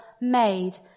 made